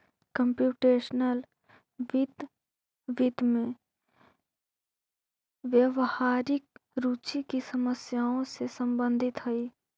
computational वित्त, वित्त में व्यावहारिक रुचि की समस्याओं से संबंधित हई